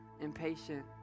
impatient